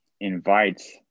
invites